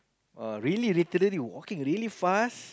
ah really little lady walking really fast